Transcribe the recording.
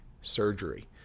surgery